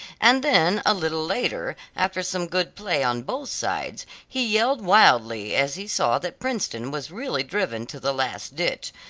and then a little later after some good play on both sides, he yelled wildly as he saw that princeton was really driven to the last ditch,